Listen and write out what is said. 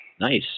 nice